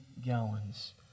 gallons